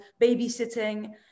babysitting